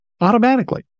Automatically